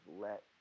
let